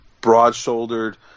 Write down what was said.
broad-shouldered